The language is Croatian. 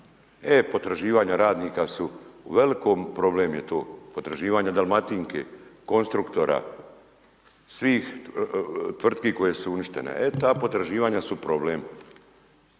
e potraživanja radnika su u velikim problem je to. Potraživanje Dalmatinke, Konstruktora, svih tvrtki koje su uništene. E ta potraživanja su problem.